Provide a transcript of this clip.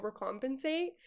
overcompensate